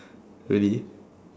really